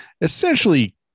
essentially